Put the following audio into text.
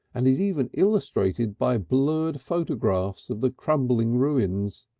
and is even illustrated by blurred photographs of the crumbling ruins.